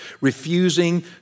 Refusing